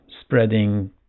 spreading